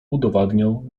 udowadniał